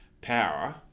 power